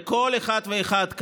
לכל אחד ואחד כאן,